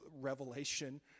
revelation